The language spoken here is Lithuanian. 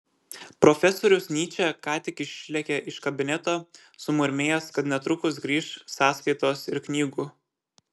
profesorius nyčė ką tik išlėkė iš kabineto sumurmėjęs kad netrukus grįš sąskaitos ir knygų